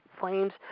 Flames